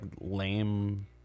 lame